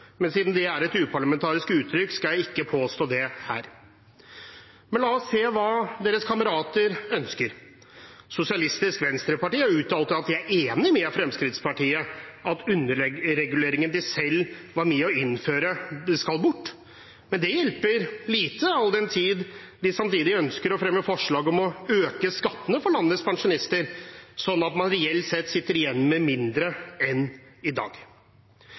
men siden det er et uparlamentarisk uttrykk, skal jeg ikke påstå det her. Men la oss se hva deres kamerater ønsker. Sosialistisk Venstreparti har uttalt at de er enig med Fremskrittspartiet i at underreguleringen de selv var med på å innføre, skal bort, men det hjelper lite, all den tid de samtidig ønsker å fremme forslag om å øke skattene for landets pensjonister, sånn at man reelt sett sitter igjen med mindre enn i dag.